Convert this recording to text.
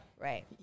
Right